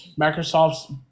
Microsoft's